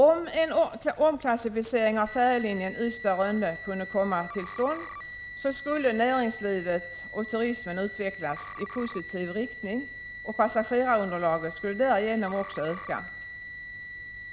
Om en omklassificering av färjelinjen Ystad-Rönne kunde komma till stånd skulle näringslivet och turismen utvecklas i positiv riktning, och passagerarunderlaget skulle därigenom också öka.